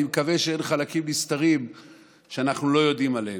אני מקווה שאין חלקים נסתרים שאנחנו לא יודעים עליהם.